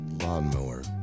lawnmower